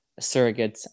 surrogates